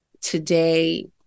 today